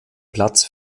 platz